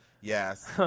Yes